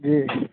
जी